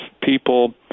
people